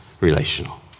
relational